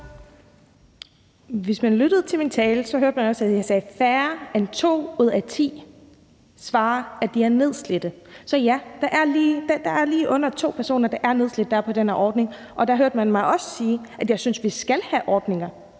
Hvis man lyttede til min tale, hørte man også, at jeg sagde, at færre end to ud af ti svarer, at de er nedslidte. Så ja, det er lige under to ud af ti af de personer, der er på denne ordning, som er nedslidte. Og man kunne også høre mig sige, at jeg synes, at vi skal have ordninger